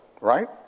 Right